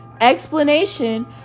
explanation